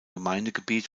gemeindegebiet